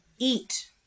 eat